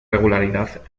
regularidad